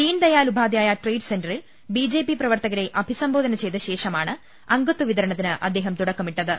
Deendayal Upadhyaya trade സെന്ററിൽ B J P പ്രവർത്തകരെ അഭിസംബോധന ചെയ്ത ശേഷമാണ് അംഗത്വ വിതരണത്തിന് അദ്ദേഹം തുടക്കമിട്ടത്